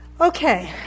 Okay